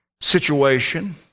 situation